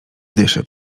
dyszy